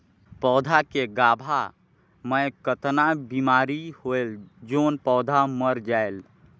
पौधा के गाभा मै कतना बिमारी होयल जोन पौधा मर जायेल?